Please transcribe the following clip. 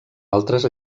altres